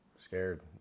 Scared